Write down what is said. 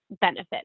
benefit